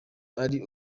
ari